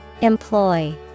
Employ